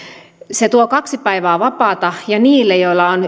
se tuo kaksi päivää vapaata ja niille joilla on